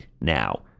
now